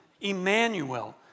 Emmanuel